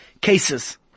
cases